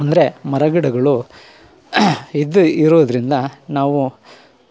ಅಂದರೆ ಮರಗಿಡಗಳು ಇದು ಇರೋದರಿಂದ ನಾವು